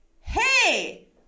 hey